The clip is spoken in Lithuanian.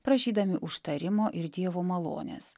prašydami užtarimo ir dievo malonės